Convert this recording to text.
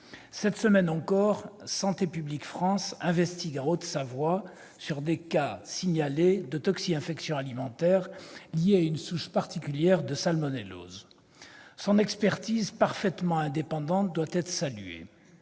Cette semaine encore, Santé publique France mène des investigations en Haute-Savoie sur des cas signalés de toxi-infections alimentaires, liées à une souche particulière de salmonellose. Son expertise, parfaitement indépendante, doit être saluée.